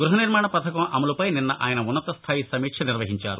గ్బహ నిర్మాణ పథకం అమలుపై నిన్న ఆయన ఉన్నతస్థాయి సమీక్ష నిర్వహించారు